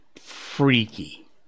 freaky